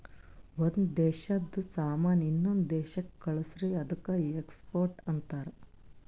ಒಂದ್ ದೇಶಾದು ಸಾಮಾನ್ ಇನ್ನೊಂದು ದೇಶಾಕ್ಕ ಕಳ್ಸುರ್ ಅದ್ದುಕ ಎಕ್ಸ್ಪೋರ್ಟ್ ಅಂತಾರ್